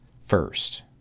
first